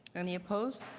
any opposed?